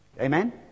Amen